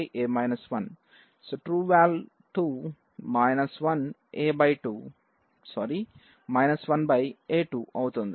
trueVal2 - 1 a2 అవుతుంది